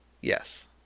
Yes